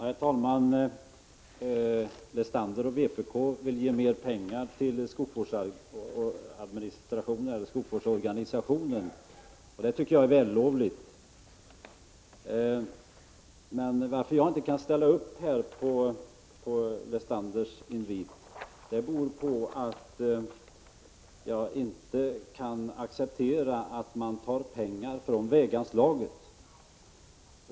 Herr talman! Paul Lestander och vpk vill ge mer pengar till skogsvårdsorganisationen, och det tycker jag är vällovligt. Att jag inte kan ställa upp på Lestanders invit beror på att jag inte kan acceptera att man tar pengar från väganslagen.